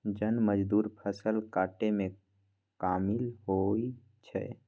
जन मजदुर फ़सल काटेमें कामिल होइ छइ